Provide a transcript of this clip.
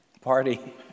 Party